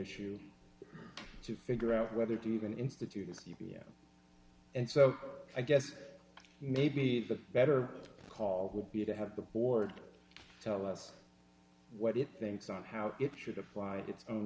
issue to figure out whether to even institute his q b yeah and so i guess maybe the better call would be to have the board tell us what it thinks of how it should apply its own